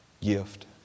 gift